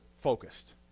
focused